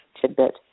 tidbit